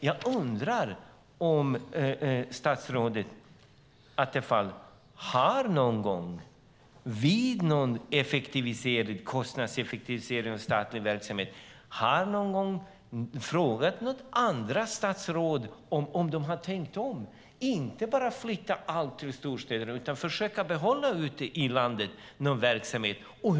Jag undrar om statsrådet Attefall någon gång vid någon kostnadseffektivisering av statlig verksamhet har frågat andra statsråd om de har tänkt om och inte bara vill flytta allt till storstäder utan vill försöka behålla någon verksamhet ute i landet.